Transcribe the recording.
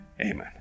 Amen